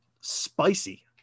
spicy